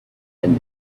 and